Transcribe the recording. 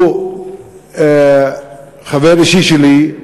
הוא חבר אישי שלי,